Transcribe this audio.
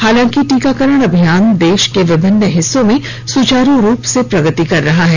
हालांकि टीकाकरण अभियान देश के विभिन्न हिस्सों में सुचारू रूप से प्रगति कर रहा है